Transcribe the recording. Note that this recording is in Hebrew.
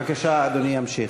בבקשה, אדוני ימשיך.